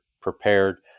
prepared